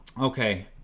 Okay